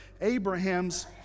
Abraham's